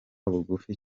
bugufi